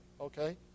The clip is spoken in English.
okay